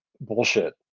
bullshit